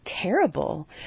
Terrible